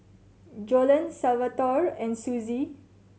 Joellen Salvatore and Suzie